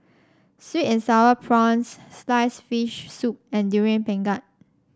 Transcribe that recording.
sweet and sour prawns slice fish soup and Durian Pengat